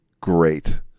great